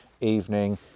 evening